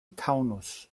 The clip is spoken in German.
taunus